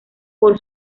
por